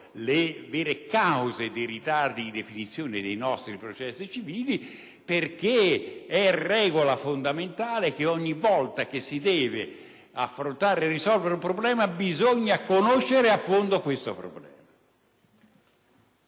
le vere cause dei ritardi nella definizione dei nostri processi civili. È regola fondamentale che ogni volta che si deve affrontare e risolvere un problema bisogna conoscerlo a fondo. Per quale